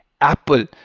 Apple